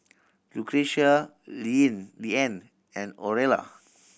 Lucretia Leeann and Orilla